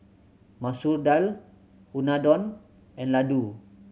Masoor Dal Unadon and Ladoo